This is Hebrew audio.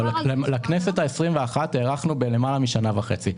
לכנסת ה-21 הארכנו ביותר משנה וחצי,